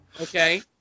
Okay